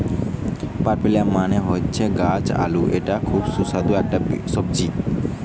পার্পেলিয়াম মানে হচ্ছে গাছ আলু এটা খুব সুস্বাদু একটা সবজি